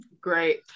Great